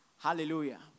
Hallelujah